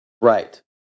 Right